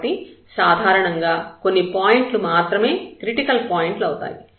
కాబట్టి సాధారణంగా కొన్ని పాయింట్లు మాత్రమే క్రిటికల్ పాయింట్లు అవుతాయి